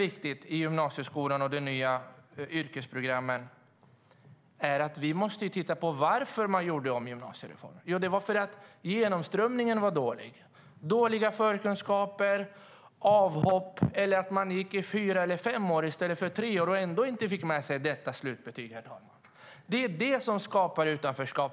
I gymnasieskolan och de nya yrkesprogrammen är det viktigt att titta på varför vi gjorde om gymnasiereformen. Det var dålig genomströmning, dåliga förkunskaper och avhopp. Man gick i fyra eller fem år i stället för tre och fick ändå inte något slutbetyg, herr talman. Det är detta som skapar utanförskap.